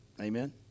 Amen